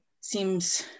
seems